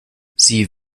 sie